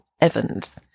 Evans